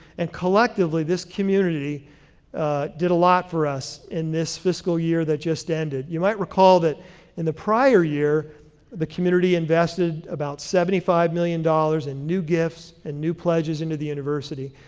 and collectively this community did a lot for us in this fiscal year that just ended. you might recall that in the prior year the community invested about seventy five million dollars in new gifts and new pledges into the university,